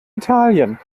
italien